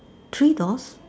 three doors